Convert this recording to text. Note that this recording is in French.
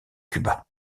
cuba